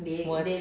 what